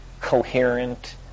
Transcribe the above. coherent